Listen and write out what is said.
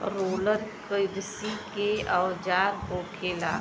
roller किरसी के औजार होखेला